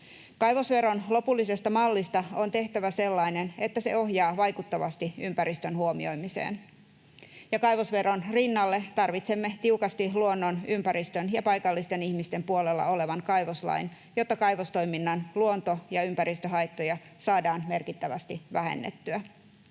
Kaivosveron lopullisesta mallista on tehtävä sellainen, että se ohjaa vaikuttavasti ympäristön huomioimiseen, ja kaivosveron rinnalle tarvitsemme tiukasti luonnon, ympäristön ja paikallisten ihmisten puolella olevan kaivoslain, jotta kaivostoiminnan luonto- ja ympäristöhaittoja saadaan merkittävästi vähennettyä.